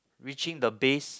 reaching the base